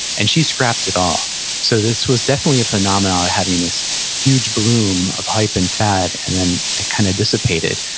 and she scrapped it all so this was definitely a phenomenon of having this huge bloom of hype and fad, and then it kind of dissipated,